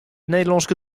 nederlânske